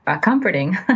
comforting